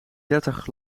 dertig